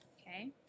Okay